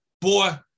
boy